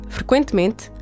Frequentemente